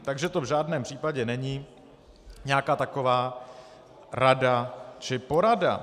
Takže to v žádném případě není nějaká taková rada či porada.